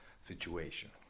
situation